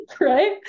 right